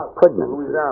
pregnancy